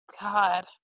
God